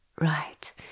right